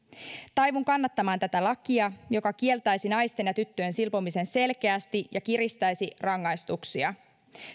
taivun kannattamaan tätä lakia joka selkeästi kieltäisi naisten ja tyttöjen silpomisen ja kiristäisi rangaistuksia